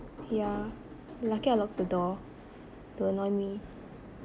yeah lucky I lock the door don't mind me